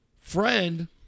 friend